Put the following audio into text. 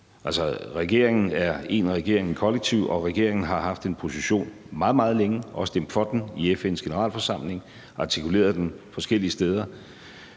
regeringen er én regering kollektivt, og regeringen har haft en position meget, meget længe og har også stemt for den i FN's Generalforsamling og har artikuleret den forskellige steder